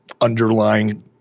underlying